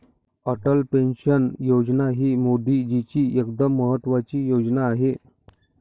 Atal pension योजना ही मोदीजींची एकदम महत्त्वाची योजना आहे